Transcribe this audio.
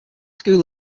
school